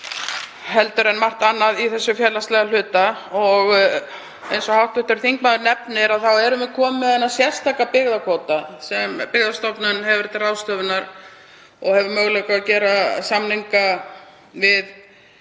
heldur en margt annað í þessum félagslega hluta. Eins og hv. þingmaður nefnir þá erum við komin með sérstakan byggðakvóta sem Byggðastofnun hefur til ráðstöfunar og hefur möguleika á að gera samninga við